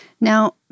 Now